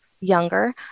younger